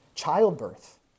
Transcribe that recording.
Childbirth